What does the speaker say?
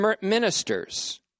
ministers